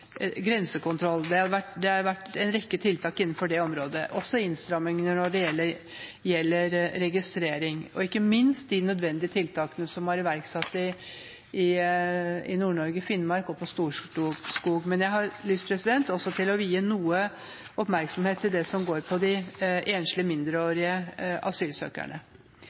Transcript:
grensekontroll – det har vært en rekke tiltak innenfor det området – og også innstramningene når det gjelder registrering og ikke minst de nødvendige tiltakene som er iverksatt i Nord-Norge, i Finnmark og på Storskog. Men jeg har også lyst til å vie noe oppmerksomhet til det som går på de enslige mindreårige asylsøkerne.